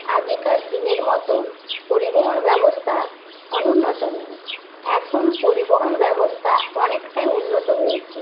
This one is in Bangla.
আগেকার দিনের মতন পরিবহন ব্যবস্থা অনুন্নত নয় এখন পরিবহন ব্যবস্থা অনেকটাই উন্নত হয়েছে